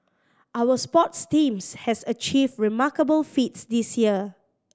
our sports teams have achieved remarkable feats this year